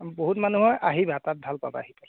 বহুত মানুহ হয় আহিবা তাত ভাল পাবা আহি পেলাই